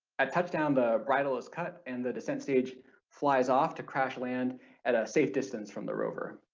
at touchdown the bridle is cut and the descent stage flies off to crash land at a safe distance from the rover.